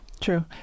True